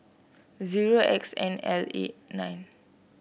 zero X N L eight nine